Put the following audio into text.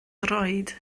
droed